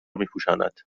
میپوشاند